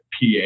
PA